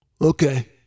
Okay